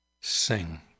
sing